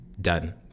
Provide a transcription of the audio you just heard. done